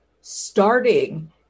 starting